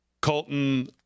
Colton